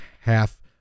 half